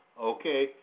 Okay